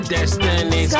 Destiny